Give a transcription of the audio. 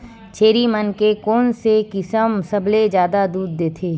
छेरी मन के कोन से किसम सबले जादा दूध देथे?